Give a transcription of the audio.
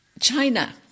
China